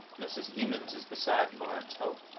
mrs. hemans is beside laurence hope!